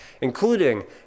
including